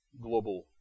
global